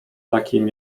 takim